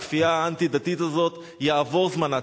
הכפייה האנטי-דתית הזאת, יעבור זמנה.